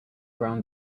brown